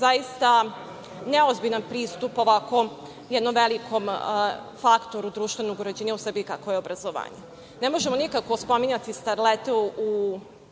zaista neozbiljan pristup onako jednom velikom faktoru društvenog uređenja u Srbiji, kakvo je obrazovanje. Ne možemo nikako spominjati starlete u